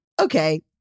Okay